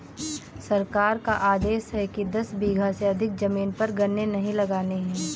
सरकार का आदेश है कि दस बीघा से अधिक जमीन पर गन्ने नही लगाने हैं